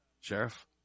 Sheriff